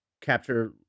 capture